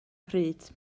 pryd